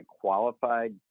qualified